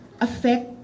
affect